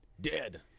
Dead